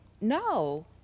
No